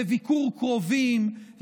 לביקור קרובים,